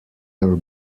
your